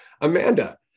Amanda